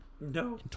no